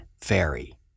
fairy